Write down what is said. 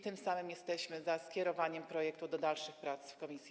Tym samym jesteśmy za skierowaniem projektu do dalszych prac w komisji.